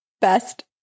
Best